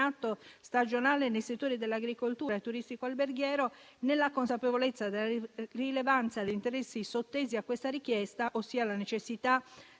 stagionale nei settori dell'agricoltura e turistico-alberghiero, nella consapevolezza della rilevanza degli interessi sottesi a questa richiesta, ossia la necessità